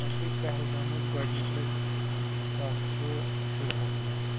پَتہٕ گٔیہِ پہلگام أسۍ گۅڈنِکہٕ لَٹہِ زٕ ساس تہٕ شُرہَس منٛز